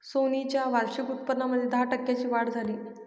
Sony च्या वार्षिक उत्पन्नामध्ये दहा टक्क्यांची वाढ झाली